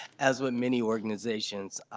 as with many organizations,